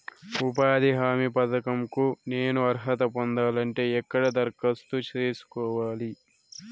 ఉపాధి హామీ పథకం కు నేను అర్హత పొందాలంటే ఎక్కడ దరఖాస్తు సేసుకోవాలి?